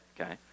Okay